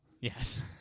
yes